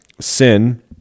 sin